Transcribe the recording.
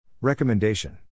Recommendation